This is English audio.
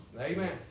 Amen